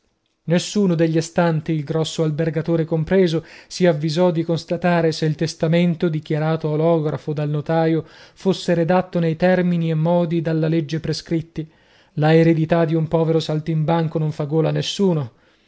nessuno degli astanti il grosso albergatore compreso si avvisò di constatare se il testamento dichiarato olografo dal notaio fosse redatto nei termini e modi dalla legge prescritti la eredità di un povero saltimbanco non fa gola a nessuno